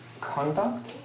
conduct